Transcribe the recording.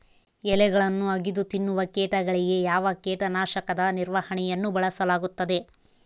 ಎಲೆಗಳನ್ನು ಅಗಿದು ತಿನ್ನುವ ಕೇಟಗಳಿಗೆ ಯಾವ ಕೇಟನಾಶಕದ ನಿರ್ವಹಣೆಯನ್ನು ಬಳಸಲಾಗುತ್ತದೆ?